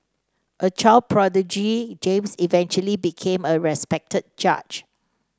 a child prodigy James eventually became a respected judge